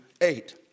eight